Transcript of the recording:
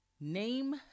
name